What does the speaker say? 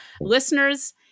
Listeners